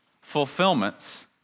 fulfillments